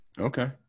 okay